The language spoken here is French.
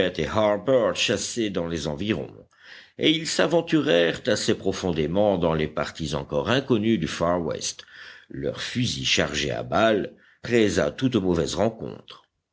chassaient dans les environs et ils s'aventurèrent assez profondément dans les parties encore inconnues du far west leurs fusils chargés à balle prêts à toute mauvaise rencontre